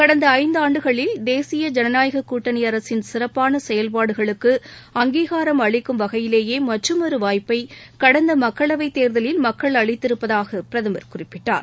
கடந்தஐந்தாண்டுகளில் தேசிய ஜனநாயககூட்டணிஅரசின் சிறப்பானசெயல்பாடுகளுக்கு அங்கீனரம் வகையிலேயேமற்றுமொருவாய்ப்பைகடந்தமக்களவைத் அளிக்கும் தேர்தலில் மக்கள் அளித்திருப்பதாகபிரதமர் குறிப்பிட்டார்